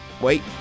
Wait